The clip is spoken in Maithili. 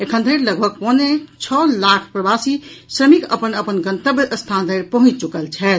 एखन धरि लगभग पौने छओ लाख प्रवासी श्रमिक अपन अपन गंतव्य स्थान धरि पहुंचि चुकल छथि